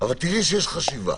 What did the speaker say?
תראי שיש חשיבה.